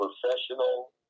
professional